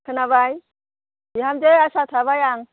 खोनाबाय बिहामजो आसा थाबाय आं